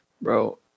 Bro